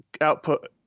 output